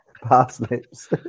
Parsnips